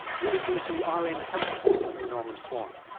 you're listening to ah rn's health report with me, norman swan.